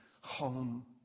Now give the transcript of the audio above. home